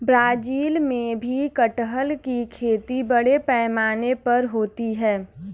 Brazil में भी कटहल की खेती बड़े पैमाने पर होती है